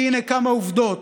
כי הינה כמה עובדות: